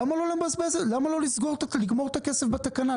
למה לא לגמור את הכסף בתקנה?